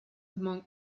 among